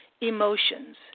emotions